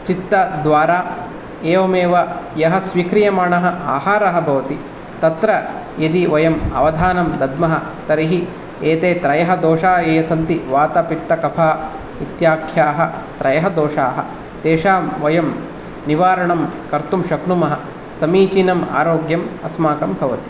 चित्तद्वारा एवमेव यः स्वीक्रियमाणः आहारः भवति तत्र यदि वयम् अवधानं दद्मः तर्हिः एते त्रयः दोषाः ये सन्ति वातपित्तकफ इत्याख्याः त्रयः दोषाः तेषां वयं निवारणं कर्तुं शक्नुमः समीचीनम् आरोग्यम् अस्माकं भवति